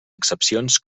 excepcions